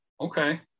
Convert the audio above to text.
okay